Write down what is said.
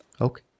Okay